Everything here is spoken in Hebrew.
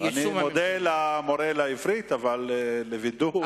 אני מודה למורה לעברית אבל לווידוא,